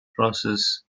process